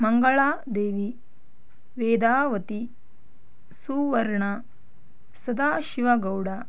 Mangaladevi Vedavati Suvarna Sadashiva Gowda